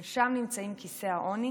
אבל שם נמצאים כיסי העוני,